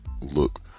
look